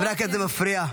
חברי הכנסת, זה מפריע.